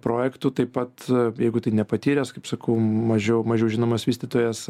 projektu taip pat jeigu tai nepatyręs kaip sakau mažiau mažiau žinomas vystytojas